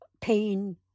pain